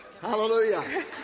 Hallelujah